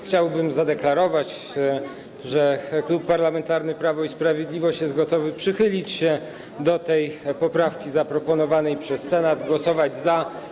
Chciałbym zadeklarować, że Klub Parlamentarny Prawo i Sprawiedliwość jest gotowy przychylić się do poprawki zaproponowanej przez Senat, zagłosować za.